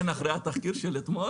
כן, אחרי התחקיר של אתמול